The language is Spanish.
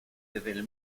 del